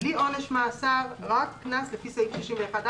בלי עונש מאסר אלא רק קנס לפי סעיף 61(א).